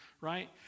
right